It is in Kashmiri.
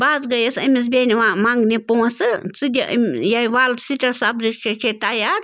بہٕ حظ گٔیَس أمِس بیٚنہِ وۄنۍ منٛگنہِ پونٛسہٕ ژٕ دِ یہِ وَل سِٹیٹ سَبجَکٹ چھے تیار